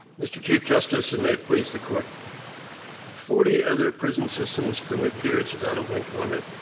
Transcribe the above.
mr. chief justice, and may it please the court forty other prison systems permit beards without a length limit,